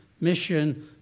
Mission